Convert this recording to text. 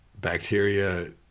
bacteria